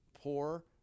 poor